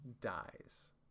dies